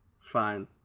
fine